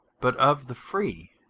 but of the free.